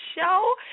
show